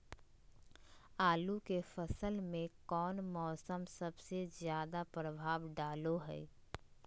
आलू के फसल में कौन मौसम सबसे ज्यादा प्रभाव डालो हय?